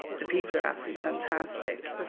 the people are absolutely fantastic.